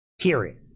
Period